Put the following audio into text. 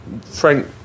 Frank